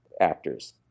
actors